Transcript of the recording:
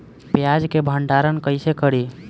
प्याज के भंडारन कईसे करी?